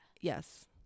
yes